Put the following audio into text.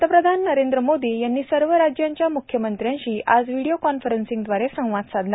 पंतप्रधान नरेंद्र मोदी यांनी सर्व राज्यांच्या मुख्यमंत्र्यांशी आज व्हीडीओ कॉन्फरन्सिंगदवारे संवाद साधला